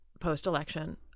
post-election